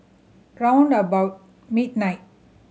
round about midnight